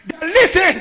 Listen